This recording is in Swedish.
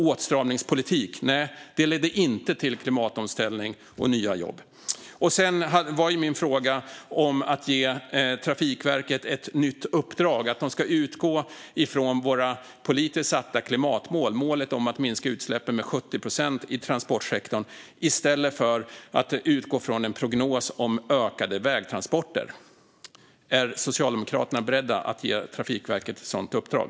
Åtstramningspolitik ledde inte till klimatomställning och nya jobb. Min fråga gällde att ge Trafikverket ett nytt uppdrag där man ska utgå från vårt politiskt satta klimatmål, målet om att minska utsläppen med 70 procent i transportsektorn, i stället för att utgå från en prognos om ökade vägtransporter. Är Socialdemokraterna beredda att ge Trafikverket ett sådant uppdrag?